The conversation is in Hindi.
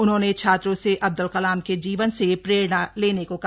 उन्होंने छात्रों से अब्द्ल कलाम के जीवन से प्रेरणा लेने को कहा